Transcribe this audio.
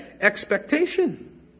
expectation